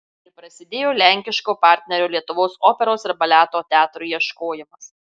ir prasidėjo lenkiško partnerio lietuvos operos ir baleto teatrui ieškojimas